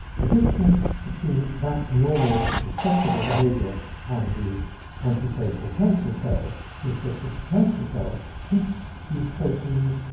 the difference between that normal, respectable behaviour and the antisocial cancer cell is that this cancer cell keeps these proteins,